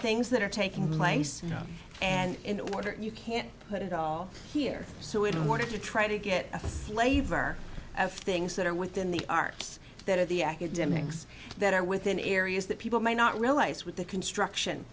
things that are taking place you know and in order you can put it all here so in order to try to get a flavor of things that are within the arts that are the academics that are within areas that people may not realize with the construction